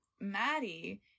Maddie